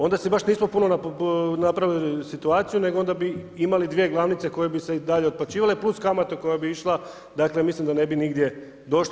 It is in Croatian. Onda si baš nismo puno napravili situaciju nego onda bi imali dvije glavnice koje bi se i dalje otplaćivale plus kamata koja bi išla, dakle mislim da ne bi nigdje došli.